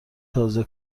تازه